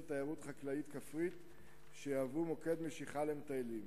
תיירות חקלאית כפרית שיהוו מוקד משיכה למטיילים.